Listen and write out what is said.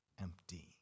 empty